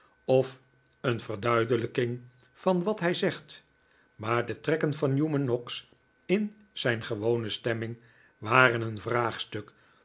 of een verduidelijking van wat hij zegt maar de trekken van newman noggs in zijn gewone stemming waren een vraagstuk